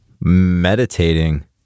meditating